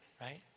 right